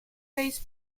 paste